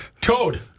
Toad